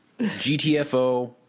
GTFO